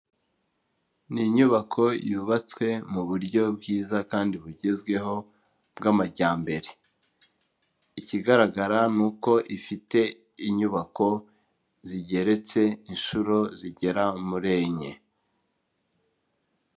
Ni inyubako yubatswe mu buryo bwiza kandi bugezweho bw'amajyambere, ikigaragara ni uko ifite inyubako zigeretse inshuro zigera muri enye.